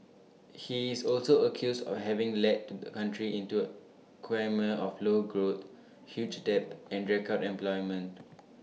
he is also accused of having led the country into quagmire of low growth huge debt and record unemployment